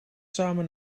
samen